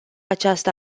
această